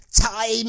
time